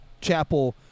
chapel